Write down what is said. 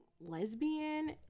lesbian